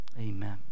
Amen